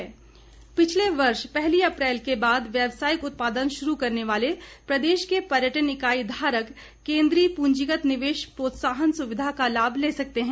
औद्योगिक इकाई पिछले वर्ष पहली अप्रैल के बाद व्यावसायिक उत्पादन शुरू करने वाले प्रदेश के पर्यटन इकाई धारक केन्द्रीय प्रंजीगत निवेश प्रोत्साहन सुविधा का लाभ ले सकते हैं